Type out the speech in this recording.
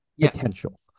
potential